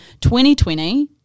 2020